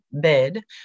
bid